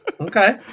Okay